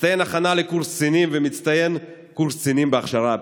מצטיין הכנה לקורס קצינים ומצטיין קורס קצינים בהכשרה הבסיסית.